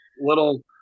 little